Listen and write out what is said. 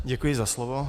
Děkuji za slovo.